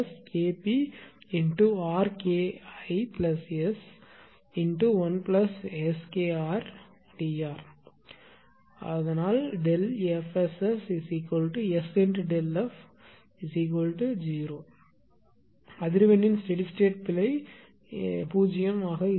0 எனவே அதிர்வெண்ணின் steady state பிழை 0 ஆக இருக்கும்